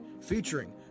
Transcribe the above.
featuring